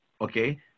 Okay